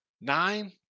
nine